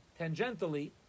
tangentially